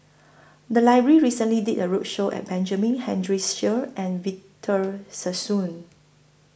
The Library recently did A roadshow At Benjamin Henry Sheares and Victor Sassoon